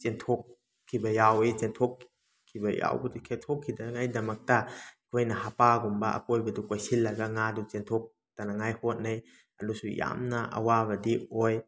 ꯆꯦꯟꯊꯣꯛꯈꯤꯕ ꯌꯥꯎꯋꯤ ꯆꯦꯟꯊꯣꯛꯈꯤꯕ ꯌꯥꯎꯕ ꯆꯦꯟꯊꯣꯛꯈꯤꯗꯅꯤꯡꯉꯥꯏꯒꯤꯗꯃꯛꯇ ꯑꯩꯈꯣꯏꯅ ꯍꯞꯄꯥꯒꯨꯝꯕ ꯑꯀꯣꯏꯕꯗꯨ ꯀꯣꯏꯁꯤꯜꯂꯒ ꯉꯥꯗꯨ ꯆꯦꯟꯊꯣꯛꯇꯅꯉꯥꯏ ꯍꯣꯠꯅꯩ ꯑꯗꯨꯁꯨ ꯌꯥꯝꯅ ꯑꯋꯥꯕꯗꯤ ꯑꯣꯏ